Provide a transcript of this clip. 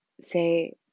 say